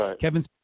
Kevin